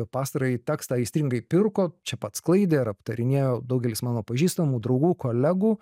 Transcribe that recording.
pastarąjį tekstą aistringai pirko čia pat sklaidė ir aptarinėjo daugelis mano pažįstamų draugų kolegų